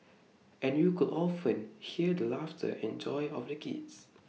and you could often hear the laughter and joy of the kids